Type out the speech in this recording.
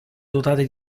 dotate